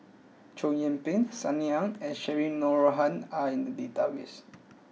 Chow Yian Ping Sunny Ang and Cheryl Noronha are in the database